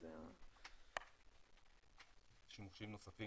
שימושים נוספים